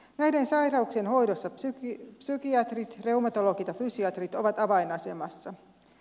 näiden sairauksien hoidossa psykiatrit reumatologit ja fysiatrit ovat avainasemassa